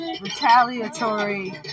Retaliatory